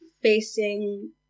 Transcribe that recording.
facing